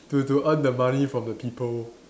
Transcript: to to earn the money from the people